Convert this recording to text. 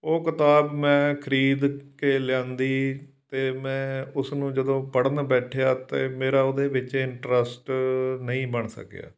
ਉਹ ਕਿਤਾਬ ਮੈਂ ਖਰੀਦ ਕੇ ਲਿਆਂਦੀ ਅਤੇ ਮੈਂ ਉਸ ਨੂੰ ਜਦੋਂ ਪੜ੍ਹਨ ਬੈਠਿਆ ਤਾਂ ਮੇਰਾ ਉਹਦੇ ਵਿੱਚ ਇੰਟਰਸਟ ਨਹੀਂ ਬਣ ਸਕਿਆ